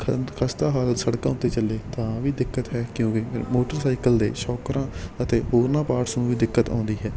ਖ ਖਸਤਾ ਹਾਲਤ ਸੜਕਾਂ ਉੱਤੇ ਚੱਲੇ ਤਾਂ ਵੀ ਦਿੱਕਤ ਹੈ ਕਿਉਂਕਿ ਮੋਟਰਸਾਈਕਲ ਦੇ ਸ਼ੌਕਰਾਂ ਅਤੇ ਹੋਰਨਾਂ ਪਾਰਟਸ ਨੂੰ ਵੀ ਦਿੱਕਤ ਆਉਂਦੀ ਹੈ